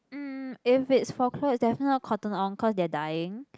mm if it's for clothes definitely not Cotton-On cause they are dying